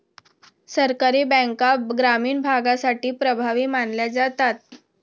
सहकारी बँका ग्रामीण भागासाठी प्रभावी मानल्या जातात